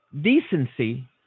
Decency